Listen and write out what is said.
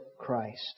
Christ